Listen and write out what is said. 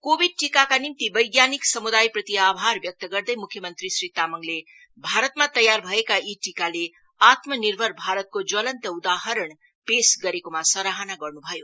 Covid टीकाका निम्ति बैज्ञानिक समुदायप्रति आभार व्यक्त गर्दै मुख्य मंत्री श्री तामङले भारतमा नै तयार भएको यी टीकाले आत्मनिर्भर भारतको ज्वलन्त उदाहरण पेस गरेकोमा सराहना गर्नु भयो